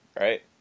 right